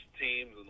teams